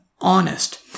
honest